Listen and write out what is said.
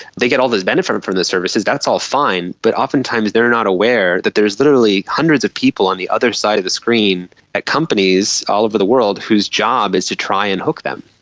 they get all this benefit from the services, that's all fine, but oftentimes they are not aware that there is literally hundreds of people on the other side of the screen and ah companies all over the world whose job is to try and hook them.